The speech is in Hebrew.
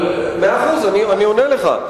אבל, מאה אחוז, אני עונה לך.